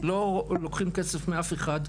לא לוקחים כסף מאף אחד,